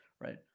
right